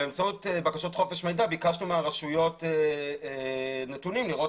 באמצעות בקשות חופש מידע ביקשנו מהרשויות נתונים לראות